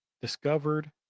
discovered